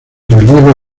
relieve